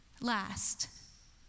last